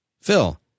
Phil